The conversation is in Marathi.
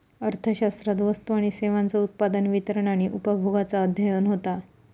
अर्थशास्त्रात वस्तू आणि सेवांचा उत्पादन, वितरण आणि उपभोगाचा अध्ययन होता